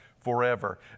forever